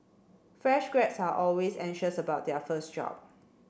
fresh grads are always anxious about their first job